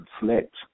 reflect